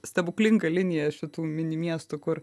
stebuklinga linija šitų mini miestų kur